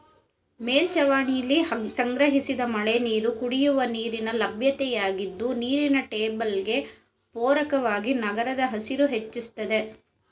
ಮೇಲ್ಛಾವಣಿಲಿ ಸಂಗ್ರಹಿಸಿದ ಮಳೆನೀರು ಕುಡಿಯುವ ನೀರಿನ ಲಭ್ಯತೆಯಾಗಿದ್ದು ನೀರಿನ ಟೇಬಲ್ಗೆ ಪೂರಕವಾಗಿ ನಗರದ ಹಸಿರು ಹೆಚ್ಚಿಸ್ತದೆ